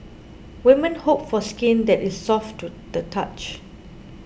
women hope for skin that is soft to the touch